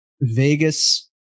Vegas